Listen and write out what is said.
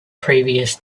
previous